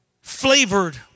flavored